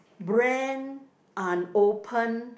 brand unopened